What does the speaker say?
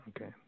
okay